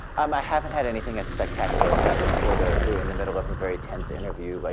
um i haven't had anything as spectacular as that reporter who, in the middle of a very tense interview, like